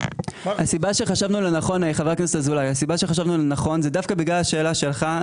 הסיבה שחשבנו לנכון זה דווקא בגלל השאלה שלך,